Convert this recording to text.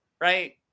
right